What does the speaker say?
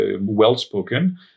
well-spoken